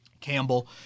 Campbell